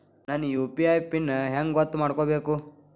ನನ್ನ UPI PIN ಹೆಂಗ್ ಗೊತ್ತ ಮಾಡ್ಕೋಬೇಕು?